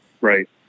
right